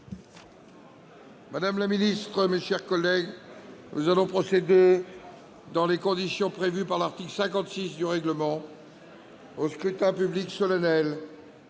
Madame la ministre, mes chers collègues, il va être procédé, dans les conditions prévues par l'article 56 du règlement, au scrutin public solennel